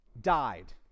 died